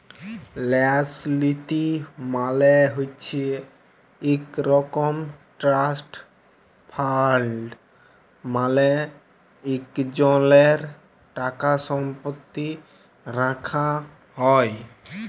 ল্যাস লীতি মালে হছে ইক রকম ট্রাস্ট ফাল্ড মালে ইকজলের টাকাসম্পত্তি রাখ্যা হ্যয়